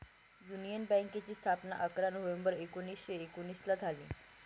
union बँकेची स्थापना अकरा नोव्हेंबर एकोणीसशे एकोनिसला झाली